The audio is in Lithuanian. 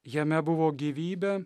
jame buvo gyvybė